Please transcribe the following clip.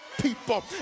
people